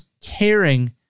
caring